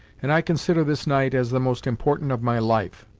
and i consider this night as the most important of my life.